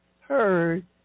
heard